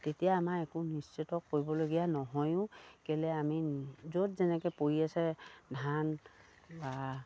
তেতিয়া আমাৰ একো নিশ্চিত কৰিবলগীয়া নহয়ও কেলে আমি য'ত যেনেকে পৰি আছে ধান বা